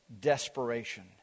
desperation